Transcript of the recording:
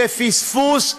זה פספוס,